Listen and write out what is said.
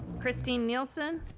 christine nielson,